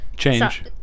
change